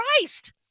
Christ